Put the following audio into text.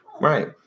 Right